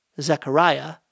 Zechariah